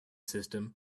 system